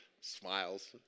smiles